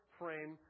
frame